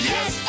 Yes